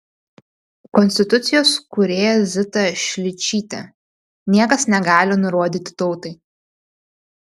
konstitucijos kūrėja zita šličytė niekas negali nurodyti tautai